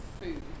food